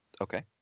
Okay